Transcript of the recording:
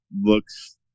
looks